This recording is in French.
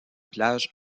plage